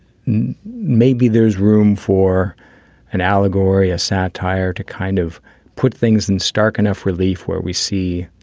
maybe there's room for an allegory, a satire to kind of put things in stark enough relief where we see,